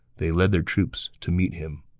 they led their troops to meet him.